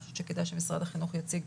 אני חושבת שכדאי שמשרד החינוך יציג.